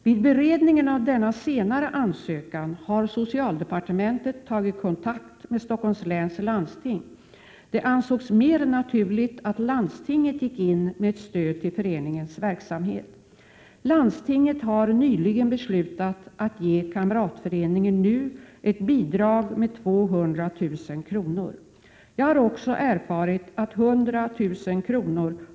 Vid beredningen av denna senare ansökan har socialdepartementet tagit kontakt med Stockholms läns landsting. Det ansågs mer naturligt att landstinget gick in med ett stöd till föreningens verksamhet. Landstinget har nyligen beslutat att ge kamratföreningen NU ett bidrag med 200 000 kr. Jag har också erfarit att 100 000 kr.